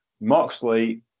Moxley